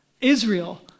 Israel